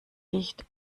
dicht